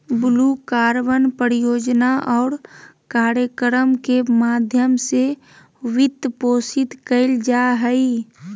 blue carbon परियोजना और कार्यक्रम के माध्यम से वित्तपोषित कइल जा हइ